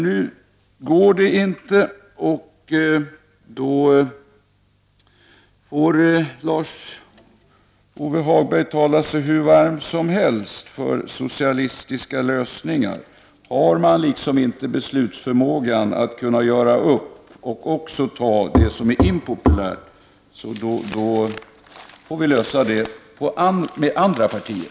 Nu går det emellertid inte, och då får Lars-Ove Hagberg tala sig så varm han vill för socialistiska lösningar. Har man inte förmågan att besluta och göra upp och även ta det som är impopulärt, får vi lösa detta med andra partier.